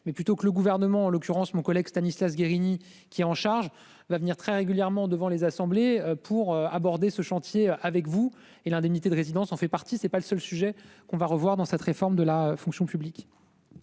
mais plutôt que le gouvernement en l'occurrence mon collègue Stanislas Guérini qui a en charge l'avenir très régulièrement devant les assemblées pour aborder ce chantier avec vous. Et l'indemnité de résidence en fait partie. C'est pas le seul sujet qu'on va revoir dans cette réforme de la fonction publique.--